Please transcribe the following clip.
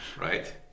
Right